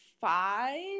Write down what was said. five